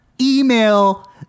email